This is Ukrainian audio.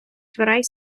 дверей